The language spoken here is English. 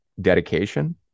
dedication